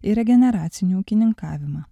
ir regeneracinių ūkininkavimą